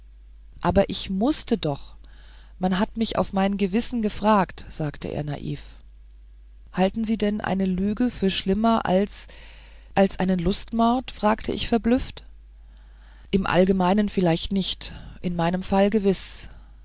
aber ich mußte doch man hat mich auf mein gewissen gefragt sagte er naiv halten sie denn eine lüge für schlimmer als als einen lustmord fragte ich verblüfft im allgemeinen vielleicht nicht in meinem fall gewiß